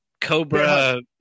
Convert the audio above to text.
Cobra